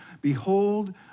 Behold